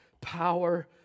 power